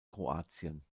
kroatien